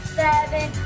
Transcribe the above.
seven